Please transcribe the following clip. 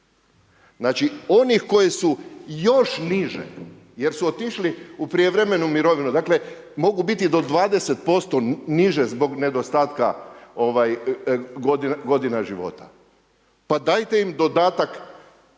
znači onih koji su još niže jer su otišli u prijevremenu mirovinu, dakle mogu biti do 20% niže zbog nedostatka godina života. Pa dajte im dodatak